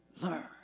learn